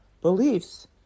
beliefs